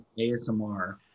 ASMR